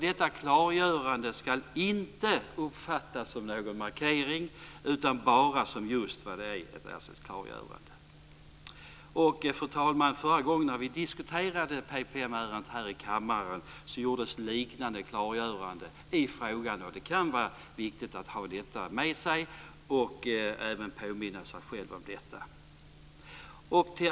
Detta klargörande ska inte uppfattas som någon markering, utan bara som just vad det är, alltså ett klargörande. Fru talman! Förra gången vi diskuterade PPM ärendet här i kammaren gjordes liknande klargöranden i frågan. Det kan vara viktigt att ha detta med sig och även påminna sig själv om det.